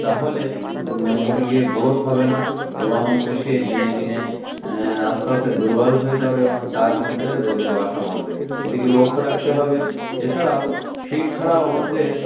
তাহলে মুরগির গ্রোথ হবে না এবং সে দিনে দিনে আস্তে আস্তে দুর্বল হয়ে যাবে এবং তার মধ্যে রোগের বাসা বাঁধবে এদিকে লক্ষ্য রাখতে হবে এছাড়াও ফিড ছাড়াও আমাদের